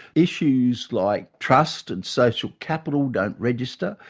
issues like trust and social capital don't register.